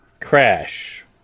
Crash